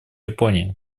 япония